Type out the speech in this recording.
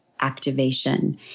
activation